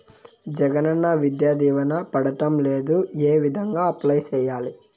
జగనన్న విద్యా దీవెన పడడం లేదు ఏ విధంగా అప్లై సేయాలి